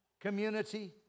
community